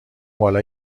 بالا